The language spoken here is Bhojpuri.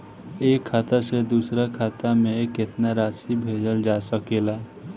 एक खाता से दूसर खाता में केतना राशि भेजल जा सके ला?